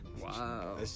Wow